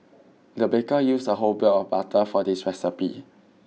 the baker used a whole block of butter for this recipe